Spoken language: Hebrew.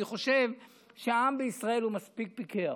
אני חושב שהעם בישראל הוא מספיק פיקח,